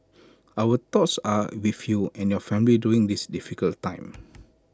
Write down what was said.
our thoughts are with you and your family during this difficult time